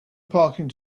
parking